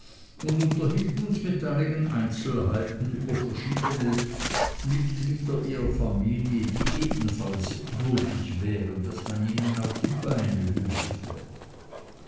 und unterhielt uns mit einigen einzelheiten über verschiedene verdienstliche mitglieder ihrer familie die ebenfalls würdig wären daß man ihnen auf die beine hülfe